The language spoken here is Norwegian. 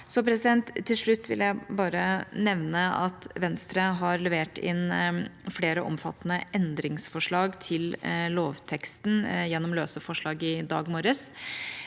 i E-loven. Til slutt vil jeg bare nevne at Venstre har levert inn flere omfattende endringsforslag til lovteksten gjennom løse forslag i dag morges.